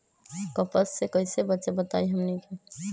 कपस से कईसे बचब बताई हमनी के?